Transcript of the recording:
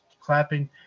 clapping